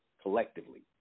collectively